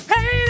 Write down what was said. Hey